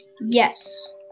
yes